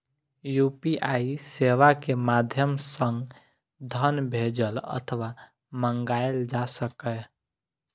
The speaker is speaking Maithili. यू.पी.आई सेवा के माध्यम सं धन भेजल अथवा मंगाएल जा सकैए